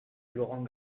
laurent